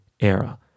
era